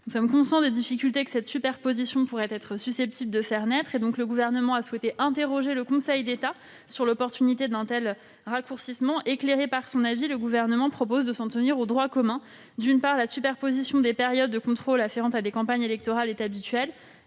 Conscient des difficultés que cette superposition pourrait faire naître, le Gouvernement a interrogé le Conseil d'État sur l'opportunité d'un tel raccourcissement. Éclairé par son avis, le Gouvernement propose de s'en tenir au droit commun. Tout d'abord, la superposition des périodes de contrôle afférentes à des campagnes électorales est habituelle.